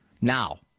Now